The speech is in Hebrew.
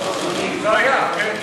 כבר היה, כן.